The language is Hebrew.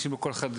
אנשים כל אחד,